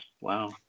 Wow